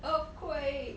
earthquake